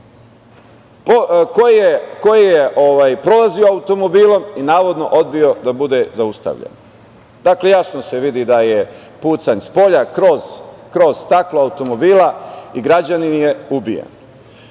koji je prolazio automobilom i navodno odbio da bude zaustavljen. Dakle, jasno se vidi da je pucanj spolja kroz staklo automobila i građanin je ubijen.